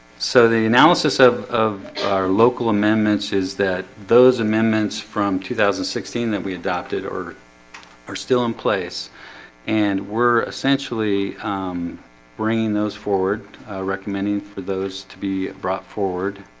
so the analysis of of our local amendments is that those amendments from two thousand and sixteen that we adopted or are still in place and we're essentially bringing those forward recommending for those to be brought forward